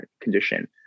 condition